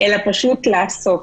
אלא פשוט לעשות.